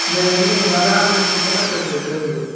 नहि बोलहो आधा आधीपर कोना चलतै तोँही बोलऽ